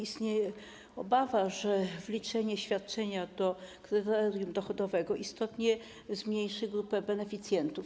Istnieje obawa, że wliczenie świadczenia do kryterium dochodowego istotnie zmniejszy grupę beneficjentów.